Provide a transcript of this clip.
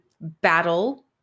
battle